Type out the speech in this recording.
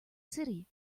city